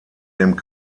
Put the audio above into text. dem